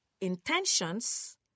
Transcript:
intentions